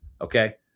okay